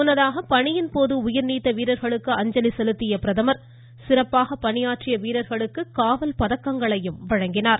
முன்னதாக பணியின் போது உயிர்நீத்த வீரர்களுக்கு அஞ்சலி செலுத்திய பிரதமர் சிறப்பாக பணியாற்றிய வீரர்களுக்கு காவல் பதக்கங்களை பிரதமர் வழங்கினார்